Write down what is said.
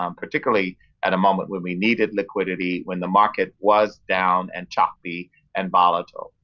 um particularly at a moment when we needed liquidity, when the market was down and choppy and volatile.